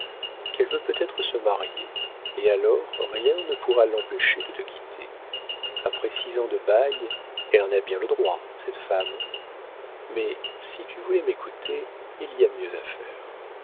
qu'elle veut peut-être se marier et alors rien ne pourra l'empêcher de te quitter après six ans de bail elle en a bien le droit cette femme mais si tu voulais m'écouter il y a mieux à faire